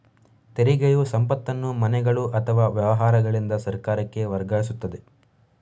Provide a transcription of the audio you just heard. ತೆರಿಗೆಯು ಸಂಪತ್ತನ್ನು ಮನೆಗಳು ಅಥವಾ ವ್ಯವಹಾರಗಳಿಂದ ಸರ್ಕಾರಕ್ಕೆ ವರ್ಗಾಯಿಸುತ್ತದೆ